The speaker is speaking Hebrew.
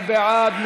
מי בעד?